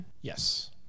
yes